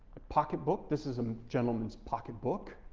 pocket book, this is a gentleman's pocket book.